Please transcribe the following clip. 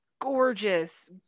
gorgeous